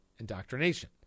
indoctrination